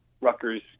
Rutgers